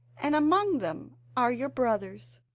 and among them are your brothers